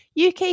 UK